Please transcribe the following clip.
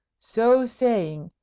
so saying,